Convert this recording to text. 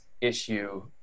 issue